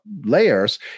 layers